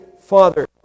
Father